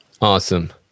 Awesome